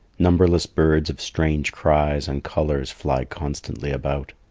numberless birds of strange cries and colours fly constantly about.